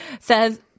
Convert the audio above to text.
Says